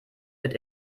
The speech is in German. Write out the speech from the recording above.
wird